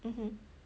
mmhmm